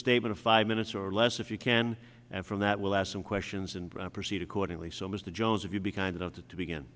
statement five minutes or less if you can and from that will ask some questions and proceed accordingly so mr jones if you'd be kind of to to begin